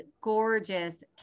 gorgeous